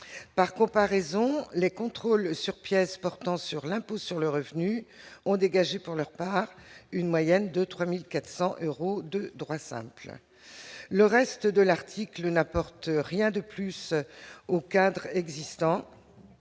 par comparaison les contrôles sur pièces portant sur l'impôt sur le revenu, ont dégagé, pour leur part une moyenne de 3400 euros de droits, le reste de l'article n'apporte rien de plus au cadre existant,